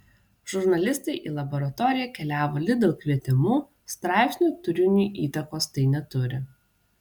žurnalistai į laboratoriją keliavo lidl kvietimu straipsnio turiniui įtakos tai neturi